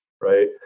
right